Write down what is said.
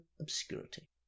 obscurity